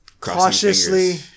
cautiously